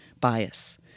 bias